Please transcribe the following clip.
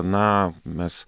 na mes